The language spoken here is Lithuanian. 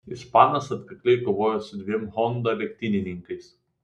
ispanas atkakliai kovojo su dviem honda lenktynininkais